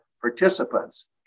participants